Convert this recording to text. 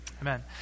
amen